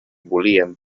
volien